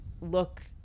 look